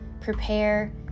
Prepare